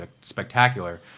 spectacular